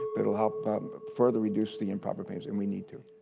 but it'll help further reduce the improper payments. and we need to.